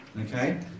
Okay